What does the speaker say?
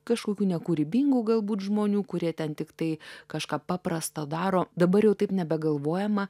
kažkokių nekūrybingų galbūt žmonių kurie ten tiktai kažką paprasto daro dabar jau taip nebegalvojama